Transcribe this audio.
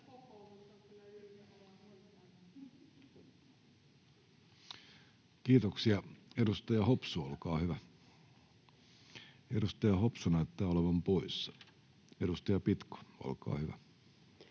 Kiitoksia. — Edustaja Hopsu näyttää olevan poissa. — Edustaja Pitko, olkaa hyvä.